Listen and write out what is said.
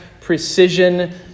precision